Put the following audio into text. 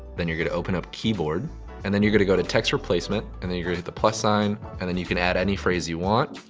then you got to open up keyboard and then you got to go to text replacement and then you get the plus sign and then you can add any phrase you want.